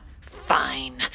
Fine